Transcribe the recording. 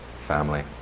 Family